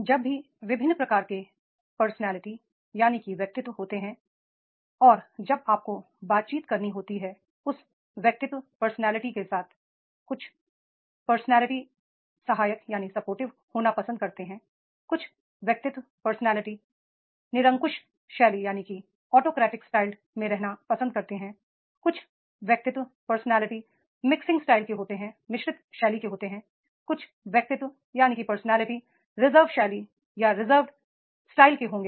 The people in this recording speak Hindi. जब भी विभिन्न प्रकार के पर्सनालिटी होते हैं और जब आपको बातचीत करनी होती है उस पर्सनालिटी के साथ कुछ पर्सनालिटी सपोर्टिव होना पसंद कर सकते हैं कुछ पर्सनालिटी ऑटोक्रेटिकस्टाइल में रहना पसंद करते हैं कुछ पर्सनालिटी मि क्सिंग स्टाइल होंगे कुछ पर्सनालिटी रिजर्व स्टाइल के होंगे